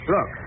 Look